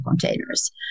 containers